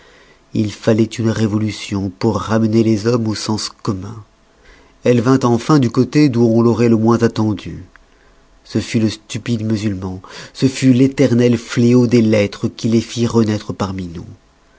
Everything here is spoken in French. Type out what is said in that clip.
il faloit une révolution pour ramener les hommes au sens commun elle vint enfin du côté d'où on l'auroit le moins attendue ce fut le stupide musulman ce fut l'éternel fléau des lettres qui les fit renaître parmi nous